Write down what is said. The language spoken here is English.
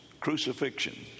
crucifixion